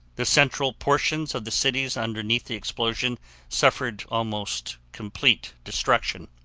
the central portions of the cities underneath the explosions suffered almost complete destruction.